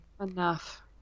enough